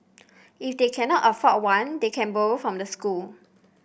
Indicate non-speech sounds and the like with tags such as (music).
(noise) if they cannot afford one they can borrow from the school